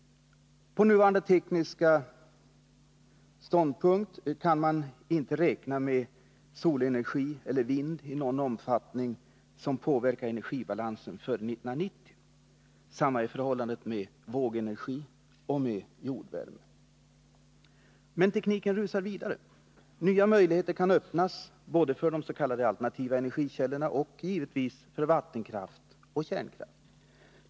På nuvarande tekniska ståndpunkt kan man inte räkna med solenergi eller vindenergi i någon omfattning som påverkar energibalansen före 1990. Samma är förhållandet med vågenergi och jordvärme. Men tekniken rusar vidare. Nya möjligheter kan öppnas, både för de s.k. alternativa energikällorna och — givetvis — för vattenkraft och kärnkraft.